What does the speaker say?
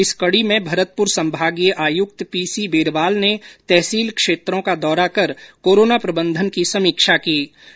इस कडी में भरतपुर संभागीय आयुक्त पी सी बेरवाल ने तहसील क्षेत्रों का दौरा कर कोरोना प्रबंधन की समीक्षा कर रहे है